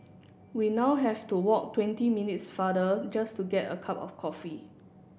we now have to walk twenty minutes farther just to get a cup of coffee